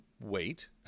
wait